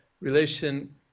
relation